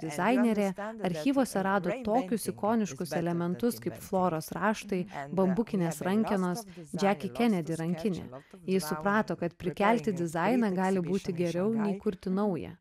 dizainerė archyvuose rado tokius ikoniškus elementus kaip floros raštai bambukinės rankenos džaki kenedi rankinė ji suprato kad prikelti dizainą gali būti geriau nei kurti naują